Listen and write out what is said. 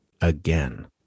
again